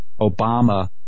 Obama